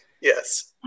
yes